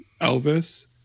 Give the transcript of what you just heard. Elvis